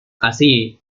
así